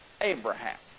Abraham